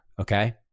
okay